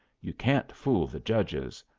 you can't fool the judges.